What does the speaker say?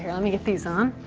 yeah let me get these on.